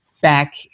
back